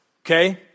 okay